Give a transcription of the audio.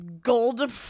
Gold